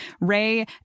Ray